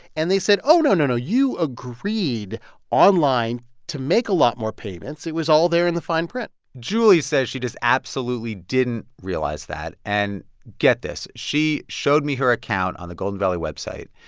and they said, oh, no, no, no, you agreed online to make a lot more payments. it was all there in the fine print julie says she just absolutely didn't realize that. and get this she showed me her account on the golden valley website,